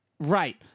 Right